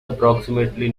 approximately